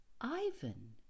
Ivan